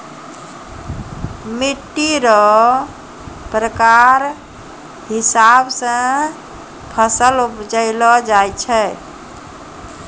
मिट्टी रो प्रकार हिसाब से फसल उपजैलो जाय छै